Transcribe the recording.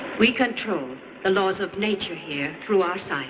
we control the laws of nature here through our